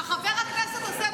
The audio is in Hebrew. חבר הכנסת הזה,